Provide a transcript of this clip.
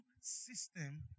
system